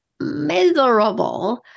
miserable